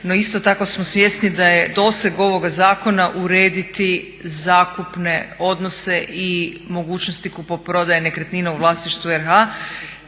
no isto tako smo svjesni da je doseg ovoga zakona urediti zakupne odnose i mogućnosti kupoprodaje nekretnina u vlasništvu RH.